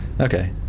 okay